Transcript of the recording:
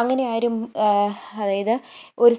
അങ്ങനെ ആരും അതായത്